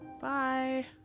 Bye